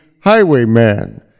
Highwayman